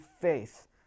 faith